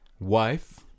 wife